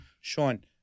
Sean